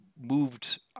moved